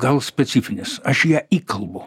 gal specifinis aš ją įkalbu